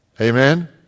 Amen